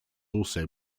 also